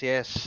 Yes